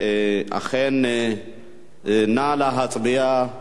נא להצביע.